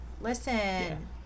Listen